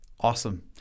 Awesome